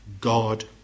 God